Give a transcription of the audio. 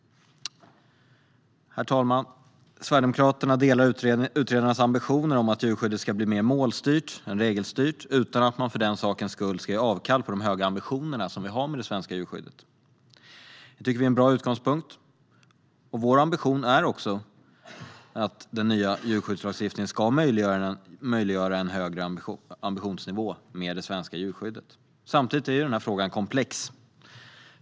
Herr talman! Sverigedemokraterna delar utredarnas ambitioner om att djurskyddet ska bli mer målstyrt än regelstyrt utan att man för den sakens skull ska göra avkall på de höga ambitioner som vi har med det svenska djurskyddet. Det tycker vi är en bra utgångspunkt, och vår ambition är också att den nya djurskyddslagstiftningen ska möjliggöra en högre ambitionsnivå i det svenska djurskyddet. Samtidigt är frågan komplex.